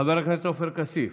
חבר הכנסת עופר כסיף,